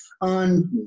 on